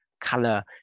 color